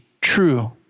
true